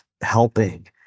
helping